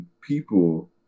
people